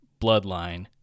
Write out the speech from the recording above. bloodline